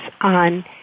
on